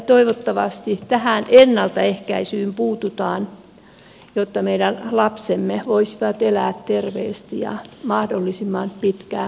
toivottavasti tähän ennaltaehkäisyyn puututaan jotta meidän lapsemme voisivat elää terveesti ja mahdollisimman pitkään kotona